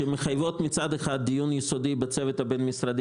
כי הן גם מחייבות דיון יסודי בצוות הבין משרדי